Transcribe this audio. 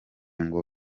ngo